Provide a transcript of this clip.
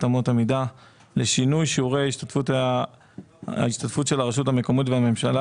אמות המידה לשינוי שיעורי ההשתתפות של הרשות המקומית והממשלה